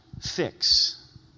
fix